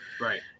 Right